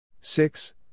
six